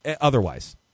otherwise